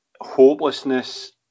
hopelessness